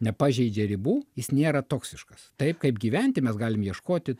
nepažeidžia ribų jis nėra toksiškas taip kaip gyventi mes galim ieškoti